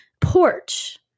porch